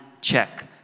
check